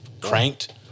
cranked